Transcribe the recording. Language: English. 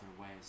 ways